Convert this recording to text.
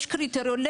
יש קריטריונים,